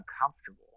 uncomfortable